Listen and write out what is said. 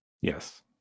Yes